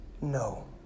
no